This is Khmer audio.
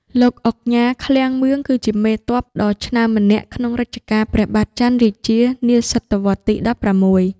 លោកឧកញ៉ា ឃ្លាំងមឿង គឺជាមេទ័ពដ៏ឆ្នើមម្នាក់ក្នុងរជ្ជកាលព្រះបាទច័ន្ទរាជា នាសតវត្សទី១៦។